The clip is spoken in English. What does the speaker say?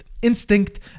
Instinct